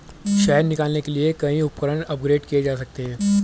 शहद निकालने के लिए कई उपकरण अपग्रेड किए जा सकते हैं